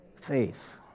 faith